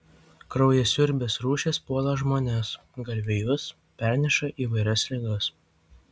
kraujasiurbės rūšys puola žmones galvijus perneša įvairias ligas